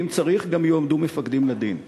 ואם צריך גם יועמדו מפקדים לדין.